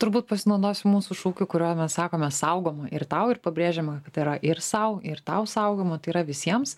turbūt pasinaudosiu mūsų šūkiu kuriuo mes sakome saugoma ir tau ir pabrėžiama kad yra ir sau ir tau saugoma tai yra visiems